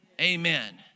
Amen